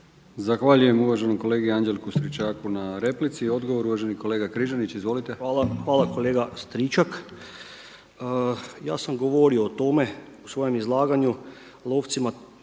Zahvaljujem uvaženom kolegi Anđelku Stričaku na replici i odgovor uvaženi kolega Križanić. Izvolite. **Križanić, Josip (HDZ)** Hvala kolega Stričak. Ja sam govorio o tome, u svojem izlaganju lovcima